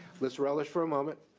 let's relish for a moment.